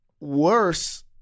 worse